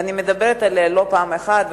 ואני מדברת עליה לא פעם אחת,